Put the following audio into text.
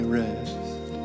rest